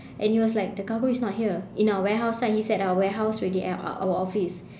and he was like the cargo is not here in our warehouse he's at our warehouse already at our office